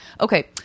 Okay